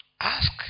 Ask